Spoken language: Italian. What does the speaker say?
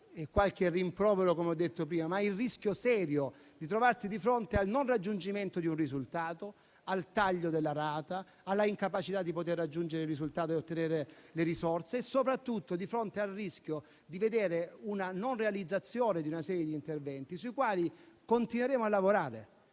qualche rimprovero, come ho detto prima, ma il rischio serio di trovarsi di fronte al mancato raggiungimento di un risultato, al taglio della rata, all'incapacità di raggiungere il risultato e ottenere le risorse e soprattutto di fronte al rischio di vedere la mancata realizzazione di una serie di interventi sui quali continueremo a lavorare.